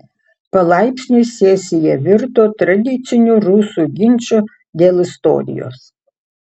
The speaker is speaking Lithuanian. palaipsniui sesija virto tradiciniu rusų ginču dėl istorijos